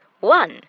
One